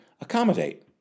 accommodate